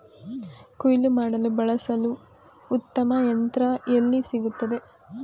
ಕುಯ್ಲು ಮಾಡಲು ಬಳಸಲು ಉತ್ತಮ ಯಂತ್ರ ಎಲ್ಲಿ ಸಿಗುತ್ತದೆ?